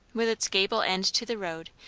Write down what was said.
with its gable end to the road,